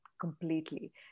completely